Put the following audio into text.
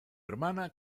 hermana